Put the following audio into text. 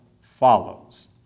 follows